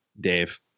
Dave